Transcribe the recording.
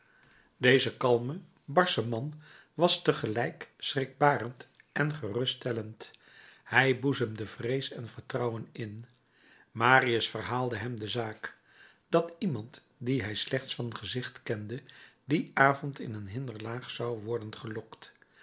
deze kalme barsche man was tegelijk schrikbarend en geruststellend hij boezemde vrees en vertrouwen in marius verhaalde hem de zaak dat iemand dien hij slechts van gezicht kende dien avond in een hinderlaag zou worden gelokt